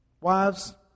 Wives